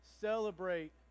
celebrate